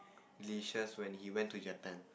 delicious when he went to Japan